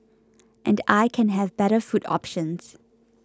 and I can have better food options